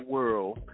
World